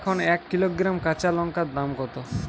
এখন এক কিলোগ্রাম কাঁচা লঙ্কার দাম কত?